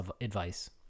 advice